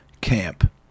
Camp